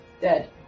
Dead